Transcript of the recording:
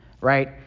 right